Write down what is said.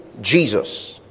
Jesus